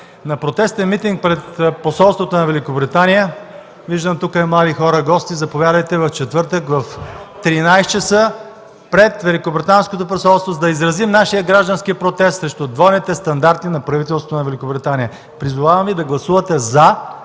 на протестен митинг пред посолството на Великобритания. Виждам тук и млади хора гости – заповядайте в четвъртък, в 13,00 ч. пред великобританското посолство да изразим нашия граждански протест срещу двойните стандарти на правителството на Великобритания. Призовавам Ви да гласувате